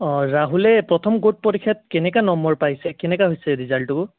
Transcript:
অ' ৰাহুলে প্ৰথম গোট পৰীক্ষাত কেনেকুৱা নম্বৰ পাইছে কেনেকুৱা হৈছে ৰিজাল্টটো